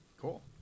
Cool